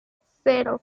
cero